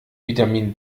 vitamin